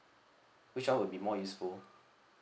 which one would be more useful